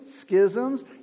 schisms